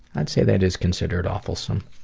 i'd saythat is considered awfulsome.